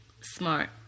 smart